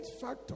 factor